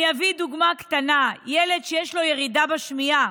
אני אתן דוגמה קטנה: ילד שיש לו ירידה בשמיעה,